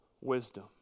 wisdom